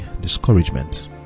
Discouragement